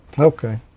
Okay